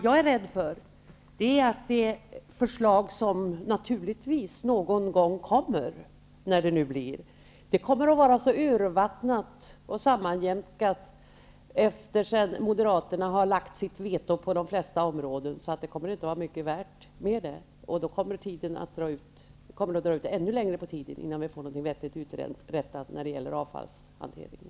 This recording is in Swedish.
Jag är rädd för att det förslag som någon gång kommer, när det nu blir, kommer att vara så urvattnat och sammanjämkat efter det att Moderaterna har lagt sitt veto på de flesta områden. Det kommer inte att vara mycket med det. Det kommer att dra ut ännu längre på tiden innan vi får någonting vettigt uträttat när det gäller avfallshanteringen.